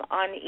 on